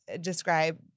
describe